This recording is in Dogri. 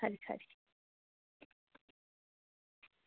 खरी खरी